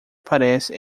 aparece